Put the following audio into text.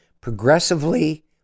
progressively